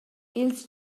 ils